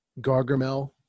Gargamel